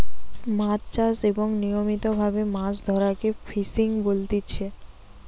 মাছ চাষ এবং নিয়মিত ভাবে মাছ ধরাকে ফিসিং বলতিচ্ছে